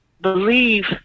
believe